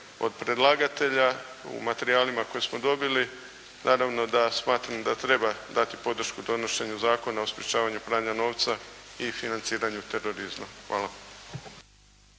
od predlagatelja u materijalima koje smo dobili naravno da smatram da treba dati podršku donošenju Zakona o sprečavanju pranja novca i financiranju terorizma. Hvala.